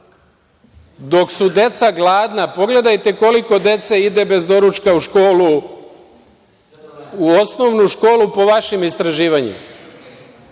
dok su deca gladna, pogledajte koliko dece ide bez doručka u školu, u osnovnu školu, po vašim istraživanjima